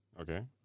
Okay